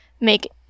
make